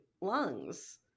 lungs